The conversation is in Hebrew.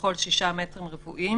לכל 6 מטרים רבועים,